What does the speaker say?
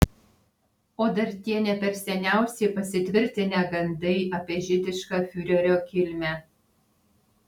o dar tie ne per seniausiai pasitvirtinę gandai apie žydišką fiurerio kilmę